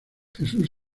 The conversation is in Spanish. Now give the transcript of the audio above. jesús